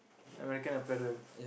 American apparel